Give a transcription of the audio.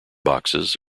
boxes